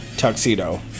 tuxedo